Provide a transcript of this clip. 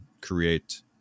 create